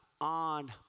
on